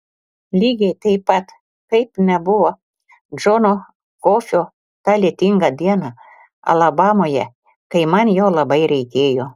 lygiai taip pat kaip nebuvo džono kofio tą lietingą dieną alabamoje kai man jo labai reikėjo